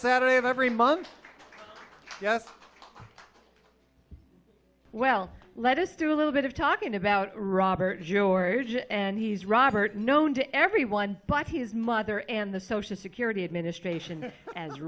saturday of every month well let us do a little bit of talking about robert george and he's robert known to everyone but his mother and the social security administration as